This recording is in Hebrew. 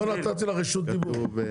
לא נתתי לך רשות דיבור.